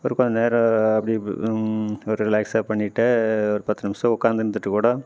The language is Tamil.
அப்புறம் கொஞ்சம் நேரம் அப்படி ஒரு ரிலேக்ஸாக பண்ணிகிட்டு ஒரு பத்து நிமிஷம் உட்காந்து இருந்துட்டு கூட